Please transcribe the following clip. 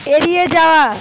এড়িয়ে যাওয়া